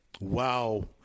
Wow